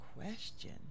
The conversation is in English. Question